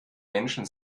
menschen